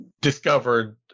discovered